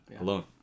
alone